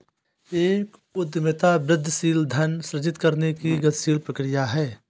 एक उद्यमिता वृद्धिशील धन सृजित करने की गतिशील प्रक्रिया है